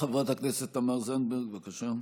חברת הכנסת תמר זנדברג, בבקשה.